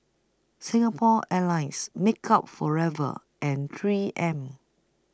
Singapore Airlines Makeup Forever and three M